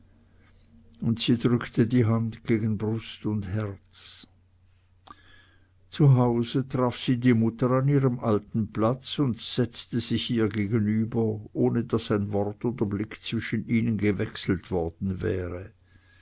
und sie drückte die hand gegen brust und herz zu hause traf sie die mutter an ihrem alten platz und setzte sich ihr gegenüber ohne daß ein wort oder blick zwischen ihnen gewechselt worden wäre